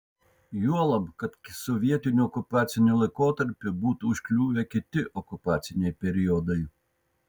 juolab kad sovietiniu okupaciniu laikotarpiu būtų užkliuvę kiti okupaciniai periodai